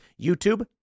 YouTube